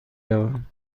روم